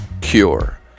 Cure